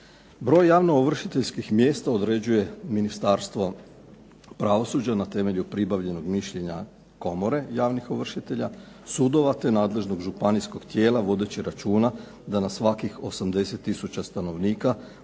Broj javnoovršiteljskih mjesta određuje Ministarstvo pravosuđa na temelju pribavljenog mišljenja komore javnih ovršitelja, sudova te nadležnog županijskog tijela vodeći računa da na svakih 80 tisuća stanovnika